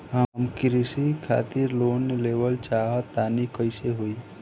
हम कृषि खातिर लोन लेवल चाहऽ तनि कइसे होई?